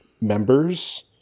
members